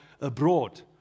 abroad